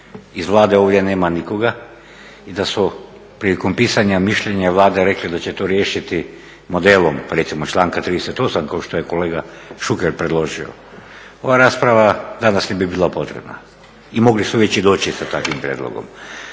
iz Vlade ovdje nema nikoga i da su prilikom pisanja mišljenja Vlade rekli da će to riješiti modelom recimo članka 38.kao što je kolega Šuker predložio, ova rasprava danas ne bi bila potrebna i mogli su već doći sa takvim prijedlogom.